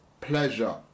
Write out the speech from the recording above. pleasure